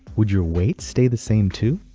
would your weight stay the same too?